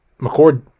McCord